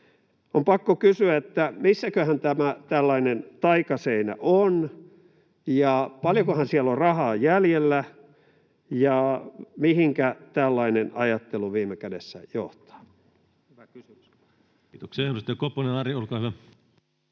On pakko kysyä, missäköhän tämä tällainen taikaseinä on, paljonkohan siellä on rahaa jäljellä ja mihinkä tällainen ajattelu viime kädessä johtaa. Kiitoksia. — Edustaja Koponen, Ari, olkaa hyvä.